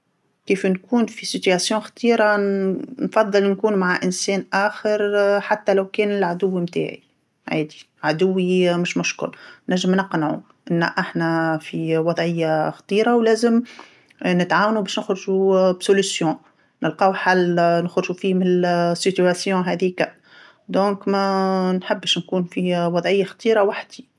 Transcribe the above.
كيف نكون في حالة خطيره ن- نفضل نكون مع إنسان آخر حتى لو كان العدو متاعي، عادي، عدوي مش مشكل، نجم نقنعو ان أحنا في وضعيه خطيره ولازم نتعاونو باش نخرجو بحل، نلقاو حل نخرجو فيه من الحالة هاذيكا، إذن ما نحبش نكون في وضعيه خطيره وحدي.